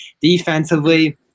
Defensively